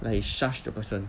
like he shush the person